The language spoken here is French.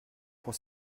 pour